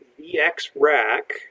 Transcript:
VX-rack